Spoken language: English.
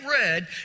red